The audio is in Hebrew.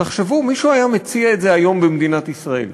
תחשבו: מישהו היה מציע את זה היום במדינת ישראל,